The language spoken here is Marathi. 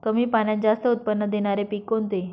कमी पाण्यात जास्त उत्त्पन्न देणारे पीक कोणते?